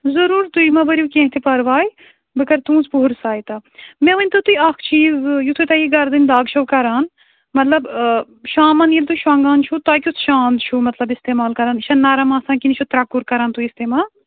ضروٗر تُہۍ ما بٔرِو کیٚنٛہہ تہِ پَرواے بہٕ کَرٕ تُہٕنٛز پوٗرٕ ساہِتا مےٚ ؤنۍتو تُہۍ اَکھ چیٖز یُتھُے تۄہہِ یہِ گَردَنہِ دَگ چھَو کَران مطلب شامَن ییٚلہِ تُہۍ شۄنٛگان چھُو تۄہہِ کٮُ۪تھ شانٛد چھُو مطلب اِستعمال کَران یہِ چھا نَرَم آسان کِنہٕ یہِ چھُ ترٛکُر کران تُہۍ اِستعمال